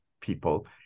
people